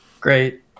great